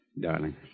darling